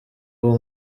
uwo